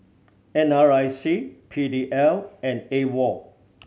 N R I C P D L and AWOL